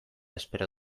espero